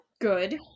Good